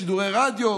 בשידורי רדיו,